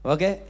Okay